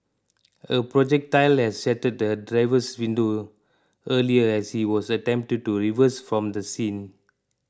a projectile had shattered his driver's window earlier as he was attempting to reverse from the scene